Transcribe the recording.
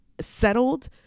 settled